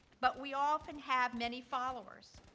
but we often have many followers.